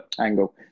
angle